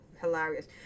hilarious